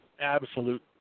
absolute